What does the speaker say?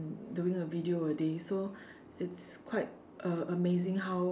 doing a video a day so it's quite a~ amazing how